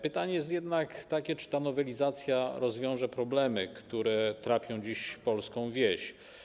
Pytanie jest jednak takie, czy ta nowelizacja rozwiąże problemy, które trapią dziś polską wieś.